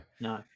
no